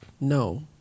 No